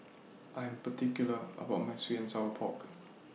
I'm particular about My Sweet and Sour Pork